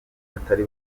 batari